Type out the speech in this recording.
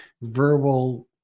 verbal